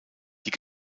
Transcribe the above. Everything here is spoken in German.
die